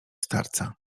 starca